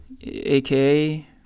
aka